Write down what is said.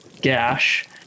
gash